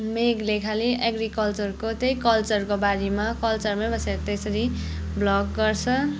मेगले खाली एग्रीकल्चरको त्यही कल्चरको बारेमा कल्चरमै बसेर त्यसरी भ्लग गर्छ